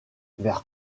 vers